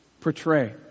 portray